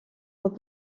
pob